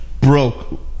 broke